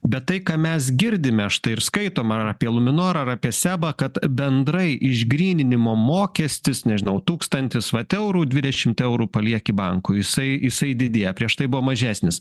bet tai ką mes girdime štai ir skaitom ar apie luminor ar apie sebą kad bendrai išgryninimo mokestis nežinau tūkstantis vat eurų dvidešimt eurų palieki bankui jisai jisai didėja prieš tai buvo mažesnis